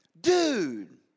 dude